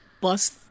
bus